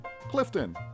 Clifton